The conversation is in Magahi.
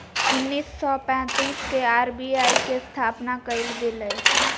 उन्नीस सौ पैंतीस के आर.बी.आई के स्थापना कइल गेलय